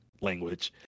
language